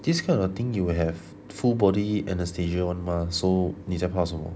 this kind of thing you will have full body anesthesias [one] mah so 你在怕什么